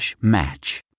match